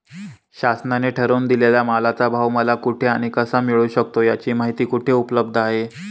शासनाने ठरवून दिलेल्या मालाचा भाव मला कुठे आणि कसा मिळू शकतो? याची माहिती कुठे उपलब्ध आहे?